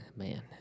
man